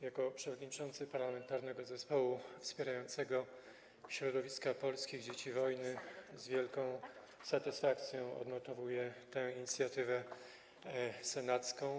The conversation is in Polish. Jako przewodniczący parlamentarnego zespołu wspierającego środowiska polskich dzieci wojny z wielką satysfakcją odnotowuję tę inicjatywę senacką.